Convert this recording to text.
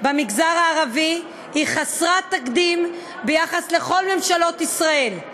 במגזר הערבי היא חסרת תקדים ביחס לכל ממשלות ישראל.